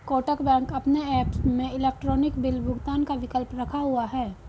Kotak bank अपने app में electronic bill भुगतान का विकल्प रखा हुआ है